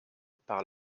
par